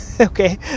okay